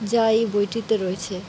যা এই বইটিতে রয়েছে